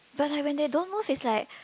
but like when they don't move is like